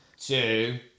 two